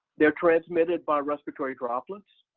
they're transmitted by respiratory droplets.